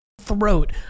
throat